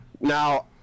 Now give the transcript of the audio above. Now